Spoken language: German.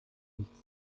nichts